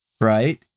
Right